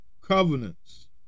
covenants